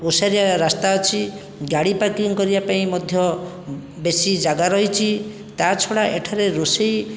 ଓସାରିଆ ରାସ୍ତା ଅଛି ଗାଡ଼ି ପାର୍କିଂ କରିବା ପାଇଁ ମଧ୍ୟ ବେଶି ଜାଗା ରହିଛି ତା'ଛଡ଼ା ଏଠାରେ ରୋଷେଇ